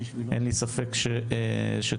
אין לי ספק שתצליח.